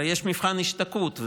הרי יש מבחן השתקעות,